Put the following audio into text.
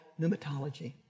pneumatology